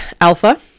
alpha